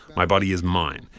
my body is mine.